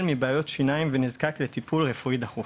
מבעיות שיניים ונזקק לטיפול רפואי דחוף